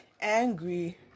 angry